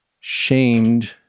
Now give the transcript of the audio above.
shamed